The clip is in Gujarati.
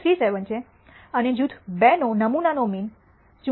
37 છે અને જૂથ 2 નો નમૂનાનો મીન 74 છે 5